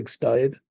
died